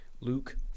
Luke